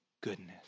goodness